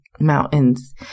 mountains